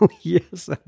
Yes